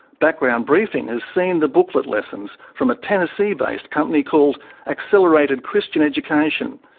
background briefing has seen the booklet lessons from a tennessee-based company called accelerated christian education.